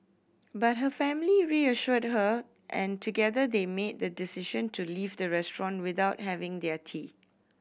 but her family reassured her and together they made the decision to leave the restaurant without having their tea